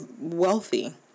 wealthy